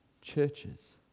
churches